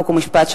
חוק ומשפט,